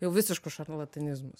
jau visiškus šarlatanizmus